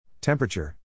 Temperature